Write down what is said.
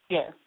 Yes